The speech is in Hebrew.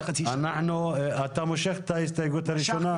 אתה מושך את ההסתייגות הראשונה?